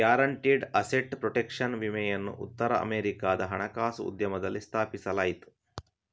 guaranteed asset protection ವಿಮೆಯನ್ನು ಉತ್ತರ ಅಮೆರಿಕಾದ ಹಣಕಾಸು ಉದ್ಯಮದಲ್ಲಿ ಸ್ಥಾಪಿಸಲಾಯಿತು